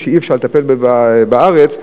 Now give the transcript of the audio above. שאי-אפשר לטפל בהם בארץ,